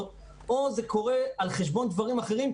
או שזה קורה על חשבון דברים אחרים,